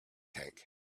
tank